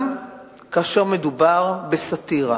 זה גם כאשר מדובר בסאטירה.